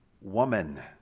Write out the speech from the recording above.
woman